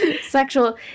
Sexual